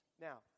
Now